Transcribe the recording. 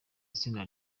itsinda